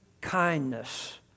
kindness